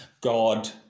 God